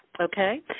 Okay